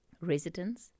residents